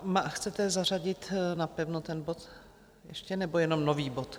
A chcete zařadit napevno ten bod, nebo jenom nový bod?